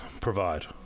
provide